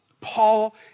Paul